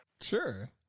Sure